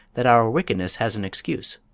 that our wickedness has an excuse.